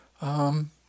Um